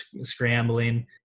scrambling